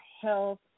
health